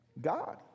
God